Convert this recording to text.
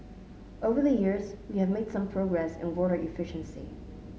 over the years we have made some progress in water efficiency